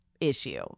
issue